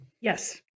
Yes